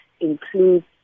includes